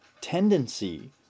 tendency